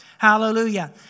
Hallelujah